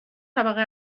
طبقه